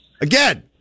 again